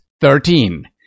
Thirteen